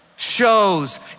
shows